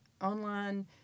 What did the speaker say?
online